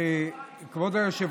--- בבית.